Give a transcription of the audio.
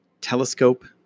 telescope